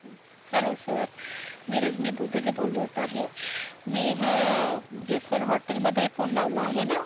hello sir मी रजनी बुदेले बोलत आहे मी ह्या जैस्वाल हॉटेलममध्ये फोन लावला आहे ना